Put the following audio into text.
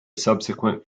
subsequent